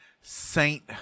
Saint